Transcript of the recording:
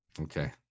Okay